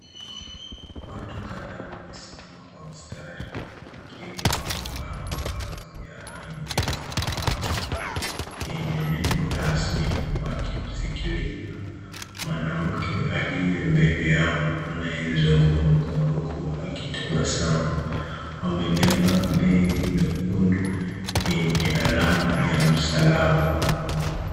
Watu kadhaa wamesimama kwa mstari wakiwa wamevaa mavazi ya rangi ya samawati yenye nembo rasmi wakimsikiliza mwanamke aliye mbele yao anayezungumza huku akitabasamu. Wamebeba mabegi mekundu yenye alama ya msalaba.